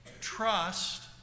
Trust